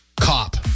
Cop